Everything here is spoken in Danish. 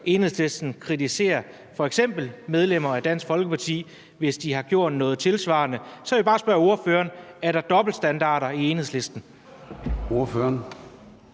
Enhedslisten kritisere f.eks. medlemmer af Dansk Folkeparti, hvis de har gjort noget tilsvarende. Så jeg vil bare spørge ordføreren: Er der dobbeltstandarder i Enhedslisten?